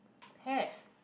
have